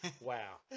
wow